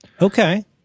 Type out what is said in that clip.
okay